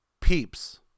Peeps